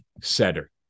setter